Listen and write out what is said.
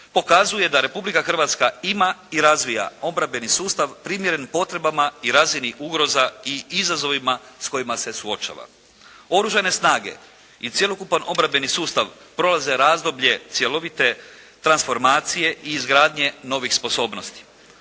pokazuje da Republika Hrvatska ima i razvija obrambeni sustav primjeren potrebama i razini ugroza i izazovima s kojima se suočava. Oružane snage i cjelokupan obrambeni sustav prolaze razdoblje cjelovite transformacije i izgradnje novih sposobnosti.